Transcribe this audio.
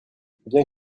bien